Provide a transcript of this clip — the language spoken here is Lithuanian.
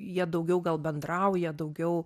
jie daugiau gal bendrauja daugiau